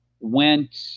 Went